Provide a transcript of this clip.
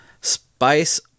Spice